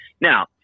Now